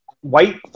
white